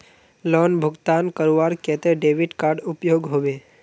Loan भुगतान करवार केते डेबिट कार्ड उपयोग होबे?